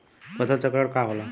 फसल चक्रण का होला?